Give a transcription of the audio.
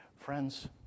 Friends